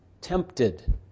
tempted